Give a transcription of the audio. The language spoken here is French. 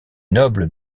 nobles